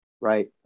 right